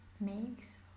makes